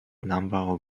number